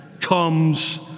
comes